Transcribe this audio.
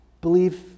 believe